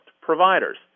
providers